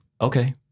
Okay